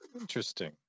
Interesting